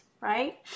right